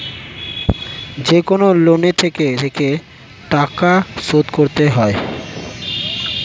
যেকনো লোনে থেকে থেকে টাকা শোধ করতে হয়